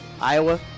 Iowa